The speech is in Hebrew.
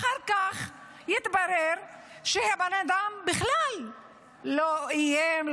אחר כך יתברר שהבן אדם בכלל לא איים,